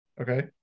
Okay